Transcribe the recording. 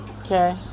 Okay